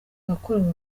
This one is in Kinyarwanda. wakorewe